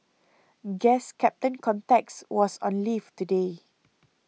guess Captain Context was on leave today